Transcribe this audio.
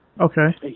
Okay